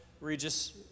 Regis